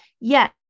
yes